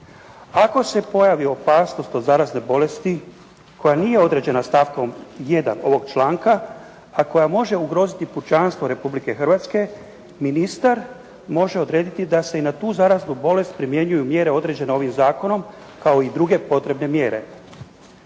Ako se pojavi opasnost od zarazne bolesti koja nije određena stavkom 1. ovog članka, a koja može ugroziti pučanstvo Republike Hrvatske, ministar može odrediti da se i na tu zaraznu bolest primjenjuju mjere određene ovim zakonom kao i druge potrebne mjere.